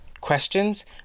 questions